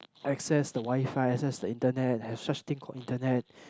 access the WiFi access the internet have such thing called the internet